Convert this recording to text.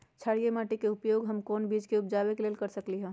क्षारिये माटी के उपयोग हम कोन बीज के उपजाबे के लेल कर सकली ह?